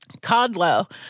Codlow